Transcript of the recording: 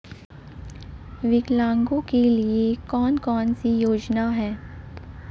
विकलांगों के लिए कौन कौनसी योजना है?